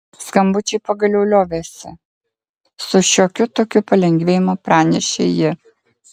skambučiai pagaliau liovėsi su šiokiu tokiu palengvėjimu pranešė ji